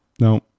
no